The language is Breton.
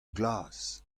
glas